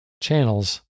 channels